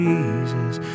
Jesus